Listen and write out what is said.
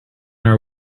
our